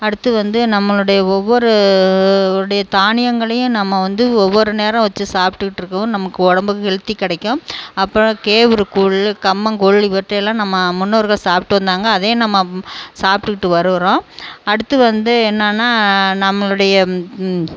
அடுத்து வந்து நம்மளுடைய ஒவ்வொருடைய தானியங்களையும் நம்ம வந்து ஒவ்வொரு நேரம் வச்சு சாப்பிட்டுட்ருக்கவும் நமக்கு உடம்புக்கு ஹெல்த்தி கிடைக்கும் அப்புறம் கேவுரு கூழ் கம்மங்கூழ் இவற்றையெல்லாம் நம்ம முன்னோர்கள் சாப்பிட்டு வந்தாங்க அதே நம்ம சாப்பிட்டுட்டு வருகிறோம் அடுத்து வந்து என்னான்னால் நம்மளுடைய